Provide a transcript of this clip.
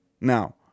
Now